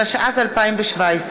התשע"ז 2017,